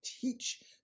teach